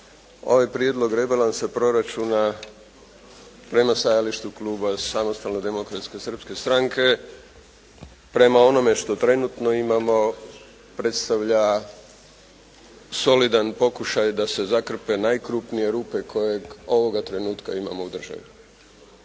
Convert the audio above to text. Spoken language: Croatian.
Ovaj prijedlog rebalansa proračuna, prema stajalištu kluba Samostalne demokratske Srpske stranke, prema onome što trenutno imamo predstavlja solidan pokušaj da se zakrpe najkrupnije rupe kojeg ovog trenutka imamo u državi.